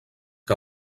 que